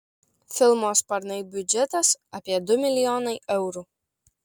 filmo sparnai biudžetas apie du milijonai eurų